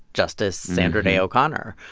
justice sandra day o'connor.